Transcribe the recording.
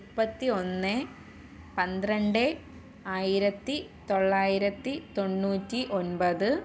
മുപ്പത്തിഒന്ന് പന്ത്രണ്ട് ആയിരത്തി തൊള്ളായിരത്തി തൊണ്ണൂറ്റി ഒൻപത്